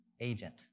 Agent